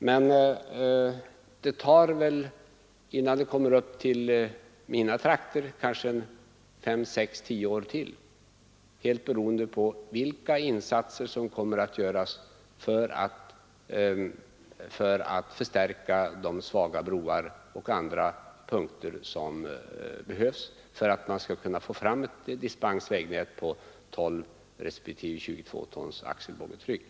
Men det tar väl ytterligare mellan fem och tio år innan det kommer upp till mina trakter, helt beroende på vilka insatser som kommer att göras för att förstärka svaga broar och andra punkter där förstärkningar behövs för att man skall få fram ett dispensvägnät för 12 respektive 22 tons axel/boggietryck.